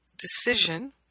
decision